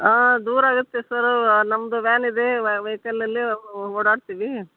ಹಾಂ ದೂರ ಆಗುತ್ತೆ ಸರು ಹಾಂ ನಮ್ಮದು ವ್ಯಾನ್ ಇದೆ ವೇಕಲಲ್ಲೇ ಓಡಾಡ್ತೀವಿ